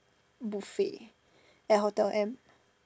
buffet at hotel M